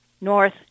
north